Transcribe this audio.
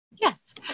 Yes